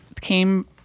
came